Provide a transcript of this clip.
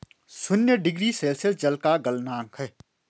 शून्य degree Celsius जल का गलनांक है